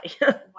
Wow